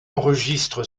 enregistre